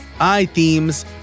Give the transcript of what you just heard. iThemes